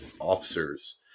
officers